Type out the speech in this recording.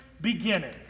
beginning